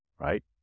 right